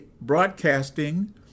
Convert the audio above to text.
broadcasting